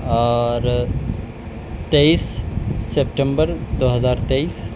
اور تیئس سپٹمبر دو ہزار تیئس